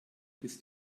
bis